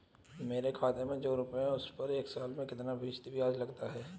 मेरे खाते में जो रुपये हैं उस पर एक साल में कितना फ़ीसदी ब्याज लगता है?